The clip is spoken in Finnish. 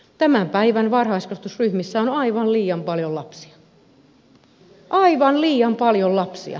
tämän päivän varhaiskasvatusryhmissä on aivan liian paljon lapsia aivan liian paljon lapsia